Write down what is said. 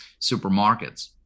supermarkets